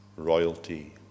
Royalty